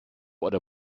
oder